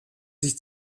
sich